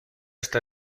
esta